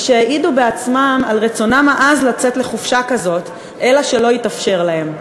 ושהעידו בעצמם על רצונם העז לצאת לחופשה כזאת אלא שלא התאפשר להם,